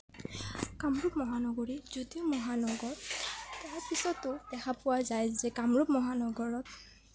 কামৰূপ মহানগৰীত যদিও মহানগৰ তাৰপিছতো দেখা পোৱা যায় যে কামৰূপ মহানগৰত